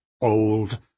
old